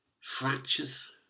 fractures